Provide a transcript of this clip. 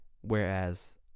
whereas